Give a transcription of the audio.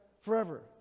forever